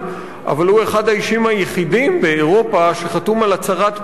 אבל הוא אחד האישים היחידים באירופה שחתום על הצהרת פראג,